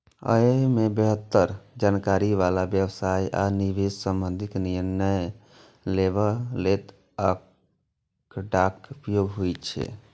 अय मे बेहतर जानकारी बला व्यवसाय आ निवेश संबंधी निर्णय लेबय लेल आंकड़ाक उपयोग होइ छै